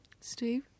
Steve